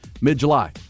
mid-July